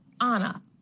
Anna